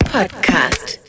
Podcast